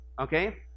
okay